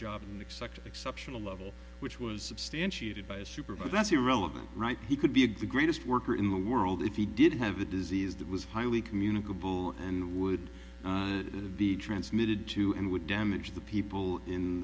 job and expected exceptional level which was substantiated by a super but that's irrelevant right he could be a the greatest worker in the world if he did have a disease that was highly communicable and would be transmitted to and would damage the people in